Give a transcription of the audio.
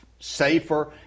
safer